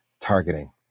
targeting